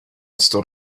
stood